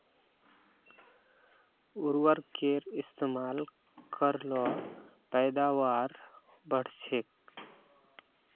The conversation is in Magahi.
उर्वरकेर इस्तेमाल कर ल पैदावार बढ़छेक